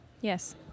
Yes